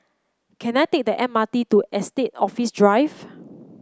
can I take the M R T to Estate Office Drive